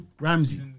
Ramsey